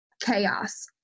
chaos